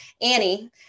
Annie